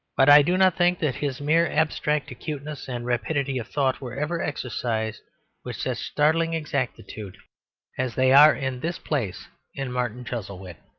but i do not think that his mere abstract acuteness and rapidity of thought were ever exercised with such startling exactitude as they are in this place in martin chuzzlewit.